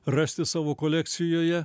rasti savo kolekcijoje